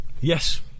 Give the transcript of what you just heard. Yes